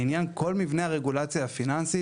לעניין כל מבנה הרגולציה הפיננסית